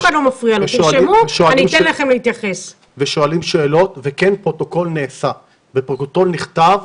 הם שואלים שאלות והפרוטוקול נעשה ונכתב